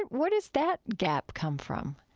where does that gap come from?